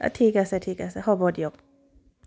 ঠিক আছে ঠিক আছে হ'ব দিয়ক